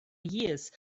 years